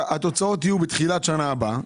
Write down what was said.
התוצאות יהיו בתחילת שנה הבאה.